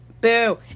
Boo